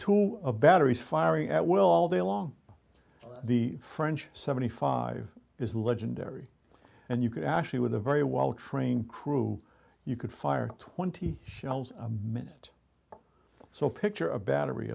tool batteries firing at will all day long the french seventy five is legendary and you could actually with a very well trained crew you could fire twenty shells a minute so picture a battery